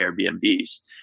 Airbnb's